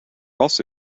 also